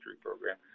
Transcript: program